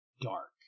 dark